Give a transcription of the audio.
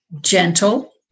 gentle